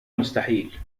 مستحيل